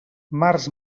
març